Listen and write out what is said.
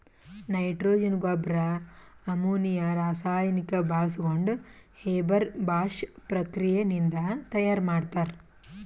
nitrogen ಗೊಬ್ಬರ್ ammonia ರಾಸಾಯನಿಕ್ ಬಾಳ್ಸ್ಕೊಂಡ್ ಹೇಬರ್ ಬಾಷ್ ಪ್ರಕ್ರಿಯೆ ನಿಂದ್ ತಯಾರ್ ಮಾಡ್ತರ್